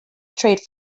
straight